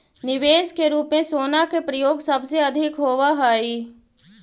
निवेश के रूप में सोना के प्रयोग सबसे अधिक होवऽ हई